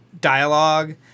dialogue